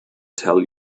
tell